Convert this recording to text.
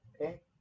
Okay